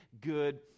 good